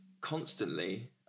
constantly